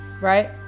right